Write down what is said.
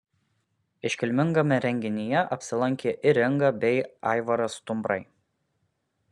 iškilmingame renginyje apsilankė ir inga bei aivaras stumbrai